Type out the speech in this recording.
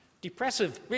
Depressive